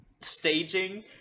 staging